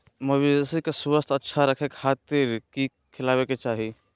मवेसी के स्वास्थ्य अच्छा रखे खातिर की खिलावे के चाही?